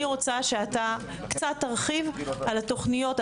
אני רוצה שקצת תרחיב על התוכניות,